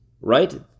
right